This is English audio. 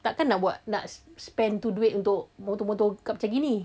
takkan nak buat nak spend tu duit untuk motor motor kapcai gini